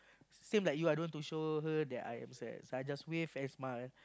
same like you ah I don't want to show her that I am sad I just wave and smile